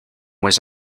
was